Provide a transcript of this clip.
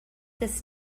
this